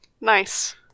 Nice